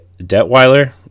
Detweiler